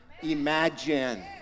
imagine